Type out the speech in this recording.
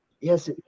yes